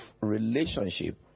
relationship